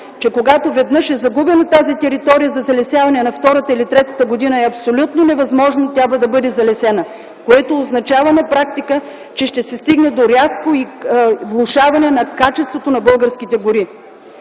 че когато веднъж е загубена тази територия за залесяване, на втората или третата година, е абсолютно невъзможно тя да бъде залесена, което означава на практика, че ще се стигне до рязко влошаване на качеството на българските гори.